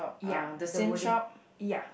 ya the wording ya